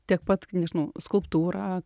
tiek pat nežinau skulptūra